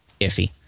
iffy